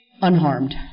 unharmed